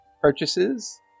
purchases